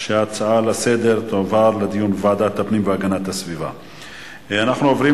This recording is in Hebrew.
ההצעה להעביר את הנושא לוועדת הפנים והגנת הסביבה נתקבלה.